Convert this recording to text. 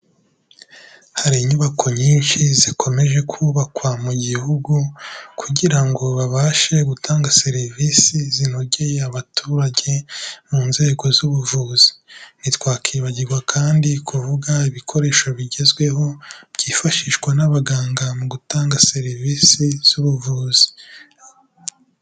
Hari inyubako nyinshi zikomeje kubakwa mu gihugu kugira ngo babashe gutanga serivisi zinogeye abaturage mu nzego z'ubuvuzi, ntitwakibagirwa kandi kuvuga ibikoresho bigezweho, byifashishwa n'abaganga mu gutanga serivisi z'ubuvuzi.